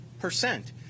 percent